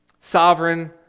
Sovereign